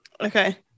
Okay